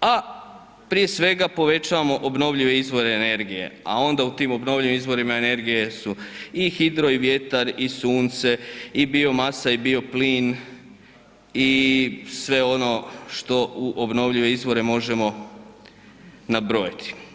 a prije svega povećavamo obnovljive izvore energije a onda u tim obnovljivim izvorima energije, i hidro i vjetar i sunca i biomasa i bioplin i sve ono što u obnovljive izvore možemo nabrojati.